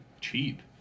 cheap